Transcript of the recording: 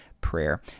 prayer